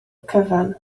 cyfan